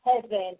heaven